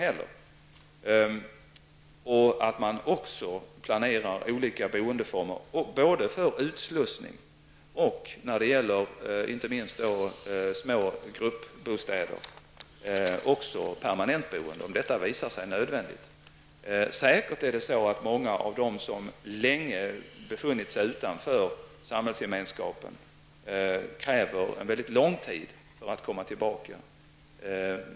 Man planerar också olika boendeformer för utslussning och inte minst små gruppbostäder, och även permamentbostäder, om detta visar sig nödvändigt. Säkert krävs det en mycket lång tid för att de människor som länge har befunnit sig utanför samhällsgemenskapen skall komma tillbaka.